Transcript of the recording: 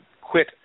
quit